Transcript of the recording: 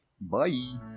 Bye